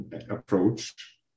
approach